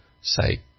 say